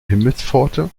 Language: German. himmelspforte